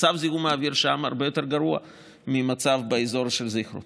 מצב זיהום האוויר שם הרבה יותר גרוע מהמצב באזור של זיכרון